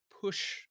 push